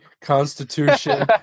Constitution